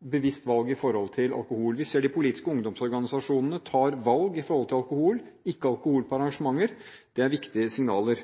bevisst valg når det gjelder alkohol. Vi ser at de politiske ungdomsorganisasjonene tar valg vedrørende alkohol: ikke alkohol på arrangementer. Det er viktige signaler.